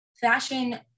fashion